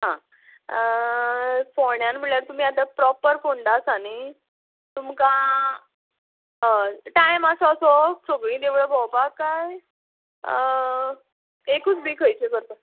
आं फोंड्यान म्हळ्ळ्यार तुमी आतां प्रॉपर फोंडा आसा न्ही तुमकां हय टायम आसा असो सगळीं देवळां भोंवपाक काय एकूच बी खंयचें करपाक